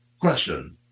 Question